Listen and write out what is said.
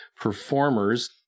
performers